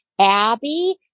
Abby